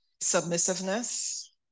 Submissiveness